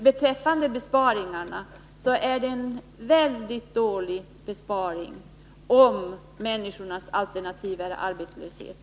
Beträffande besparingarna vill jag säga att det är en väldigt dålig besparing om människornas alternativ är arbetslöshet.